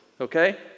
okay